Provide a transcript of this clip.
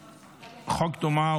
הצעת חוק דומה,